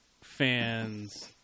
fans